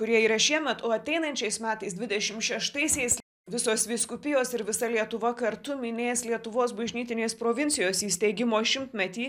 kurie yra šiemet o ateinančiais metais dvidešim šeštaisiais visos vyskupijos ir visa lietuva kartu minės lietuvos bažnytinės provincijos įsteigimo šimtmetį